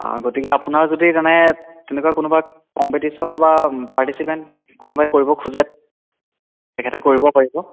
গতিকে আপোনাৰ যদি তেনে তেনেকুৱা কোনোবা কম্পিটিশ্যন বা পাৰ্টিচিপেণ্ট কোনোবাই কৰিব খুজে তেখেতে কৰিব পাৰিব